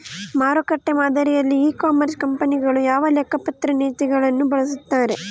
ಮಾರುಕಟ್ಟೆ ಮಾದರಿಯಲ್ಲಿ e commerce ಕಂಪನಿಗಳು ಯಾವ ಲೆಕ್ಕಪತ್ರ ನೇತಿಗಳನ್ನು ಬಳಸುತ್ತಾರೆ?